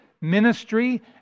ministry